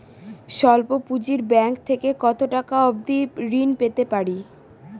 স্বল্প পুঁজির ব্যাংক থেকে কত টাকা অবধি ঋণ পেতে পারি?